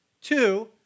Two